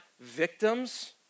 victims